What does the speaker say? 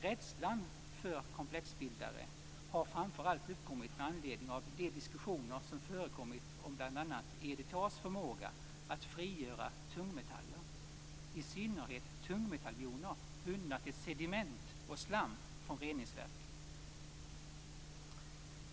Rädslan för komplexbildare har framför allt uppkommit med anledning av de diskussioner som förekommit om bl.a. EDTA:s förmåga att frigöra tungmetaller, i synnerhet tungmetalljoner bundna till sediment och slam från reningsverk.